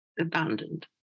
abandoned